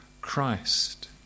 Christ